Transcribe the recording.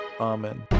amen